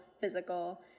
physical